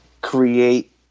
create